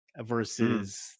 versus